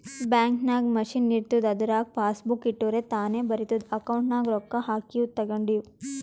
bank ನಾಗ್ machine ಇರ್ತುದ್ ಅದುರಾಗ್ ಪಾಸಬುಕ್ ಇಟ್ಟುರ್ ತಾನೇ ಬರಿತುದ್ ಅಕೌಂಟ್ ನಾಗ್ ರೊಕ್ಕಾ ಹಾಕಿವು ತೇಕೊಂಡಿವು